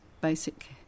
basic